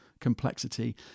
complexity